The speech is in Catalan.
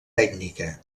tècnica